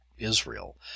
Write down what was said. Israel